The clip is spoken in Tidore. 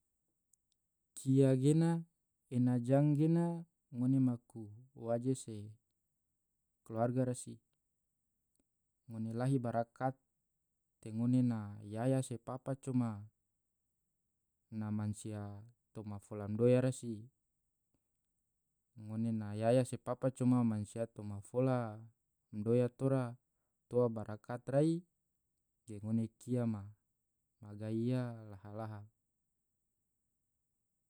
kia gena ena jang gena ngone maku waje se keluarga rasi, ngone lahi barakat te ngone na yaya se papa coma ngone na mansia toma fola madoya rasi, ngone na yaya se papa coma mansia toma fola madoya tora toa barakat rai ge ngone kia me ma gai iya laha laha.